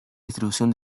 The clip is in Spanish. distribución